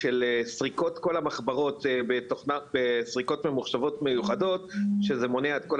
של סריקות ממוחשבות מיוחדות בכל המחברות